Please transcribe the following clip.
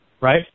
right